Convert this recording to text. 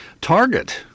Target